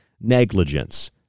negligence